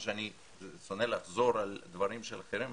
אני שונא לחזור על דברים של אחרים,